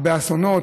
הרבה אסונות,